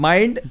Mind